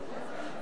כן.